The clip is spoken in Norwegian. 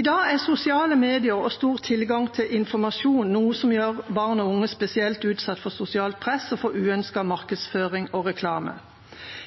I dag er sosiale medier og stor tilgang til informasjon noe som gjør barn og unge spesielt utsatt for sosialt press og for uønsket markedsføring og reklame.